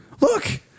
Look